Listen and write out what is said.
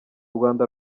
rwanda